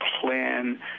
plan